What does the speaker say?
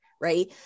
right